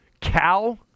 Cal